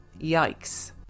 yikes